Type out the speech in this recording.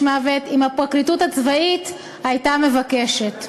מוות אם הפרקליטות הצבאית הייתה מבקשת.